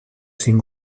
sin